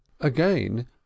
Again